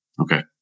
Okay